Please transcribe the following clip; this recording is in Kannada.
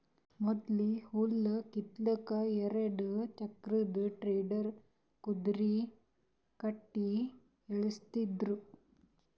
ಮೊದ್ಲ ಹುಲ್ಲ್ ಕಿತ್ತಲಕ್ಕ್ ಎರಡ ಚಕ್ರದ್ ಟೆಡ್ಡರ್ ಕುದರಿ ಕಟ್ಟಿ ಎಳಸ್ತಿದ್ರು